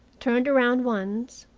turned around once,